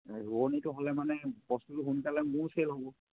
শুৱনিটো হ'লে মানে বস্তুটো সোনকালে মোৰ চেল হ'ব